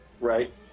right